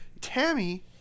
Tammy